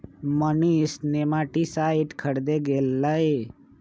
Manish nematicide खरीदे गय लय